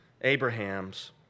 Abraham's